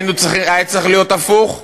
היה צריך להיות הפוך,